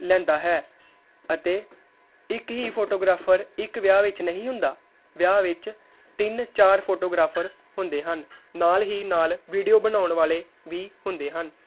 ਲੈਂਦਾ ਹੈ ਅਤੇ ਇੱਕ ਹੀ ਫੋਟੋਗ੍ਰਾਫ਼ਰ ਇੱਕ ਵਿਆਹ ਵਿੱਚ ਨਹੀਂ ਹੁੰਦਾ ਵਿਆਹ ਵਿੱਚ ਤਿੰਨ ਚਾਰ ਫੋਟੋਗ੍ਰਾਫ਼ਰ ਹੁੰਦੇ ਹਨ ਨਾਲ ਹੀ ਨਾਲ ਵੀਡੀਓ ਬਣਾਉਣ ਵਾਲੇ ਵੀ ਹੁੰਦੇ ਹਨ